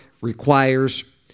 requires